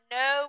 no